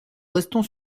restons